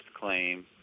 claim